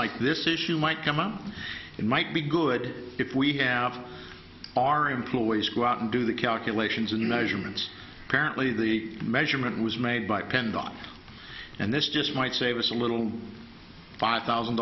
like this issue might come up it might be good if we have our employees go out and do the calculations and you measure ments apparently the measurement was made by pendatang and this just might save us a little five thousand